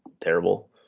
terrible